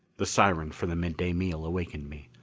the siren for the midday meal awakened me.